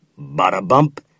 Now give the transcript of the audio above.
Bada-bump